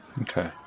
Okay